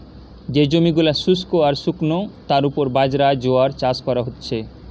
যে জমি গুলা শুস্ক আর শুকনো তার উপর বাজরা, জোয়ার চাষ কোরা হচ্ছে